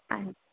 हां जी